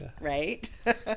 right